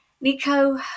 Nico